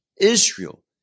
Israel